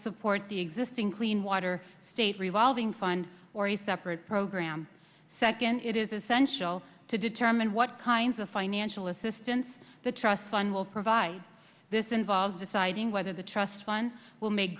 support the existing clean water state revolving find or a separate program second it is essential to determine what kinds of financial assistance the trust fund will provide this involves deciding whether the trust fund will make